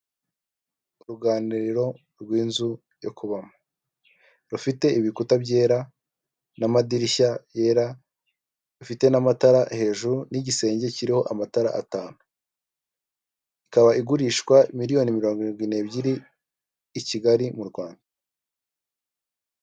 Uruganiriro rw'inzu yo kubamo rufite ibikuta byera n'amadirishya yera afite n'amatara hejuru y'igisenge kiriho amatara atanu, ikaba igurishwa miliyoni mirongo irindwi n'ebyiri i Kigali mu Rwanda.